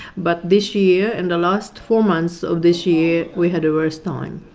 but this year in the last four months of this year we had a worse time.